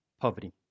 poverty